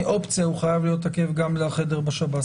כאופציה הוא חייב להיות תקף גם לחדר בשב"ס.